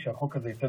פת"ח.